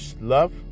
love